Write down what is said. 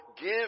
give